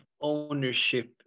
ownership